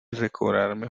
recobrarme